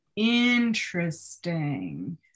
interesting